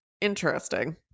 Interesting